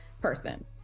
person